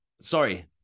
sorry